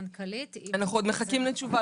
אנחנו עוד מחכים לתשובה.